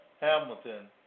Hamilton